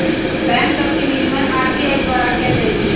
bank सभ के विनियमन आर.बी.आई द्वारा कएल जाइ छइ